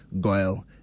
Goyle